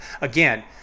Again